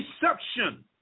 Deception